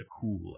cool